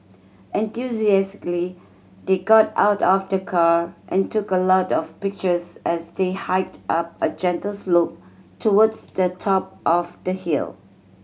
enthusiastically they got out of the car and took a lot of pictures as they hiked up a gentle slope towards the top of the hill